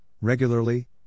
regularly